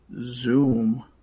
zoom